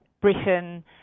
Britain